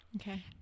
Okay